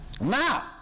Now